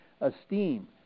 esteem